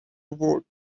vote